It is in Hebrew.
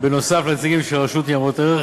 נוסף על הנציגים של הרשות לניירות ערך,